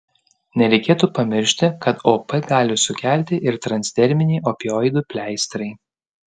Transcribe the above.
nereikėtų pamiršti kad op gali sukelti ir transderminiai opioidų pleistrai